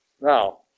Now